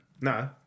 No